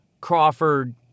Crawford